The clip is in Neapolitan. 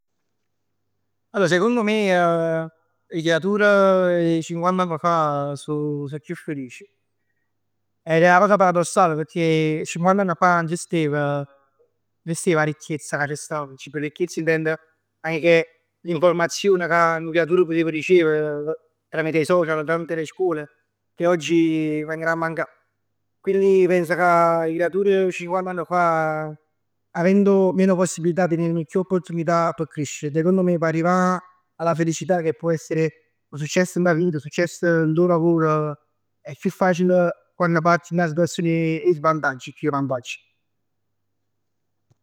Allora secondo me, 'e cratur 'e cinquant'ann fa so so chiù felic. Eh proprio p' pecchè cinquant'ann fa stev. Nun stev 'a ricchezza ca c' sta oggi. P' ricchezza intend che l'informazione ca nu creatur putev ricev tramite 'e social, tramite le scuole che oggi vengono a mancà. Quindi penso ca 'e creatur 'e cinquant'anni fa, avendo meno possibilità teneven chiù opportunità p' crescere. E secondo me p' arrivà alla felicità che può essere 'o success dint 'a vita, 'o success dint 'o lavoro è chiù facile quann parti dint 'a situazione 'e svantaggio chiù 'e vantaggio.